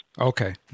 Okay